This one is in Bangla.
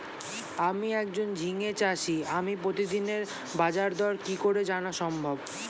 আমি একজন ঝিঙে চাষী আমি প্রতিদিনের বাজারদর কি করে জানা সম্ভব?